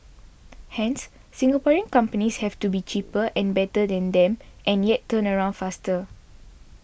hence Singaporean companies have to be cheaper and better than them and yet turnaround faster